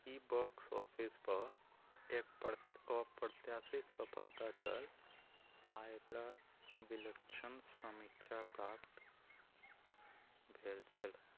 ई box ऑफिसपर एक अप्रत्याशित सफलता छल आओर एकरा विलक्षण समीक्षा प्राप्त भेल छल